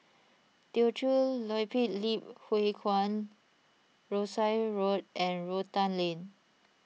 Teochew Poit Ip Huay Kuan Rosyth Road and Rotan Lane